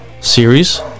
series